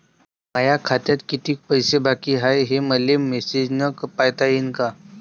माया खात्यात कितीक पैसे बाकी हाय, हे मले मॅसेजन पायता येईन का?